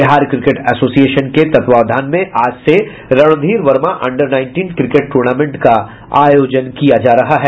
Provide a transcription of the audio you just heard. Bihar cricket association के तत्वावधान में आज से Randhir Verma under nineteen cricket tournament का आयोजन किया जा रहा है